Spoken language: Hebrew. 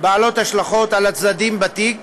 השלכות על הצדדים בתיק,